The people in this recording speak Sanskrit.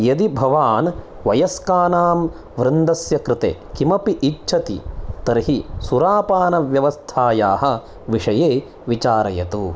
यदि भवान् वयस्कानां वृन्दस्य कृते किमपि इच्छति तर्हि सुरापानव्यवस्थायाः विषये विचारयतु